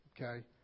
okay